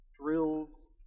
drills